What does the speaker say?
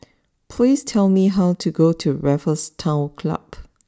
please tell me how to get to Raffles Town Club